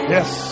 Yes